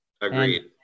agreed